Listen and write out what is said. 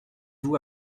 vous